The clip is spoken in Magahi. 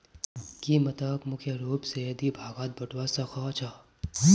कीमतक मुख्य रूप स दी भागत बटवा स ख छ